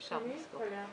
אני מתכבד היום